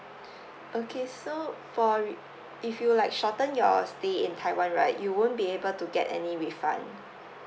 okay so for it if you like shorten your stay in taiwan right you won't be able to get any refund